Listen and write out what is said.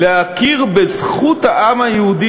להכיר בזכות העם היהודי